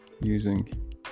using